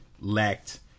lacked